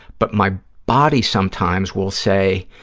but my body sometimes will say,